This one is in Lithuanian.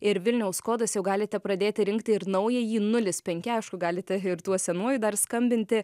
ir vilniaus kodas jau galite pradėti rinkti ir naująjį nulis penki aišku galite ir tuo senuoju dar skambinti